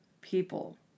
people